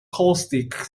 caustic